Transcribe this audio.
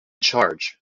charge